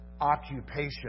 occupation